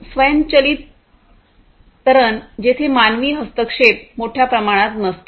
स्वयंचलितरण जेथे मानवी हस्तक्षेप मोठ्या प्रमाणात नसतो